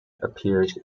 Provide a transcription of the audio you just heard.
appears